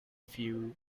few